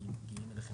אין בעיה.